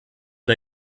der